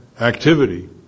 activity